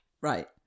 Right